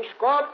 תשקוט